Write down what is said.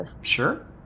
sure